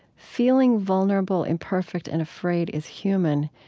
feeling vulnerable, imperfect, and afraid is human.